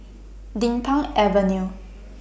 Din Pang Avenue